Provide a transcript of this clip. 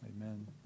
amen